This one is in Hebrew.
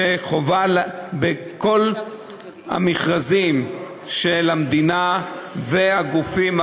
שבכל המכרזים של המדינה והגופים,